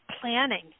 planning